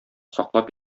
саклап